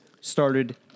started